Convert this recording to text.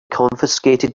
confiscated